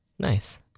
Nice